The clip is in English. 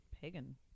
pagan